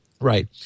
Right